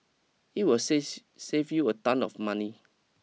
it will saves save you a ton of money